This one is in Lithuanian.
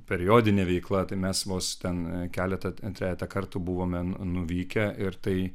periodinė veikla tai mes vos ten keletą trejetą kartų buvome nuvykę ir tai